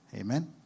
Amen